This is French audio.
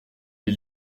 les